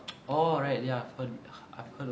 oh right ya heard I've heard of it before